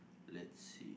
let's see